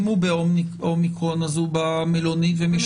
אם הוא עם אומיקרון אז הוא במלונית ומי